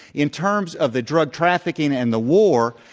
in terms of the drug trafficking and the war,